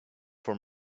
for